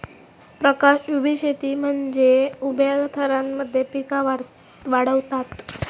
प्रकाश उभी शेती म्हनजे उभ्या थरांमध्ये पिका वाढवता